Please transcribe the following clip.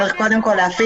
קודם כל,